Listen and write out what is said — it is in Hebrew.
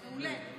מעולה.